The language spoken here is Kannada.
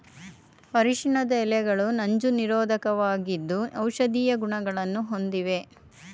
ಅರಿಶಿಣದ ಎಲೆಗಳು ನಂಜು ನಿರೋಧಕವಾಗಿದ್ದು ಔಷಧೀಯ ಗುಣಗಳನ್ನು ಹೊಂದಿವೆ